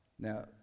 Now